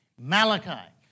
Malachi